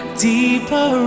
deeper